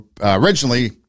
originally